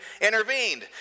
intervened